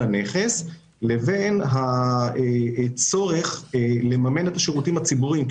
הנכס לבין הצורך לממן את השירותים הציבוריים.